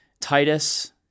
Titus